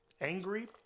angry